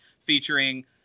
featuring